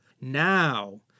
Now